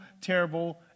terrible